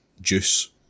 juice